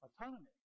autonomy